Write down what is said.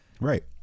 Right